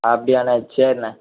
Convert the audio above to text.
அப்படியாண்ணே ஆ சரிண்ணே